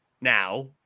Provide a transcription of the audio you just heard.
now